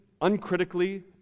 uncritically